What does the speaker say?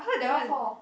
north hall